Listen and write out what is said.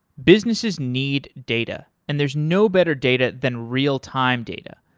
businesses need data and there's no better data than real time data,